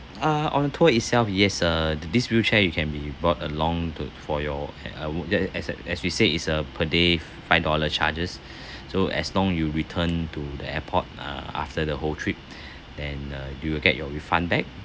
uh on a tour itself yes uh this wheelchair you can be brought along to for your a~ w~ as as as we said is a per day five dollar charges so as long you return to the airport uh after the whole trip and uh you will get your refund back